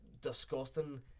disgusting